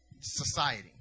society